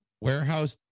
warehouse